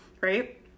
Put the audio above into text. right